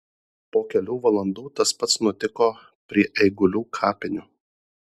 po kelių valandų tas pats nutiko prie eigulių kapinių